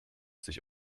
sich